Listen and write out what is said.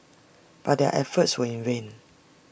but their efforts were in vain